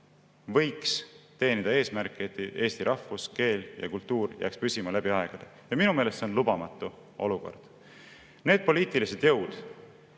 võiks teenida eesmärki, et eesti rahvus, keel ja kultuur jääks püsima läbi aegade. Minu meelest see on lubamatu olukord. Need poliitilised jõud,